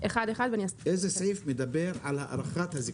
איזה סעיף מדבר על הארכת הזיכיון?